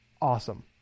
awesome